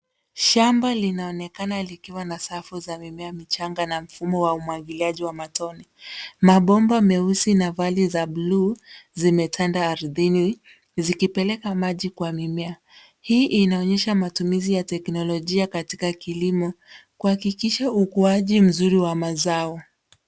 Shamba linaonekana likiwa na safu za mimea michanga na mfumo wa umwagiliaji wa matone. Mabomba meusi na vali za bluu zimetanda ardhini zikipeleka maji kwa mimea. Hii inaonyesha matumizi ya teknolojia katika kilimo kuhakikisha ukuaji mzuri wa mazao.